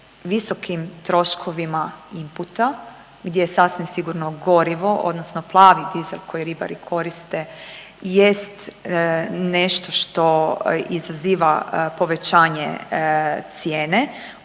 visokim troškovima inputa gdje je sasvim sigurno gorivo odnosno plavi dizel koji ribari koriste jest nešto što izaziva povećanje cijene,